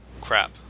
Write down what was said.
crap